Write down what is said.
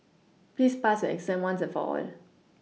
please pass exam once and for all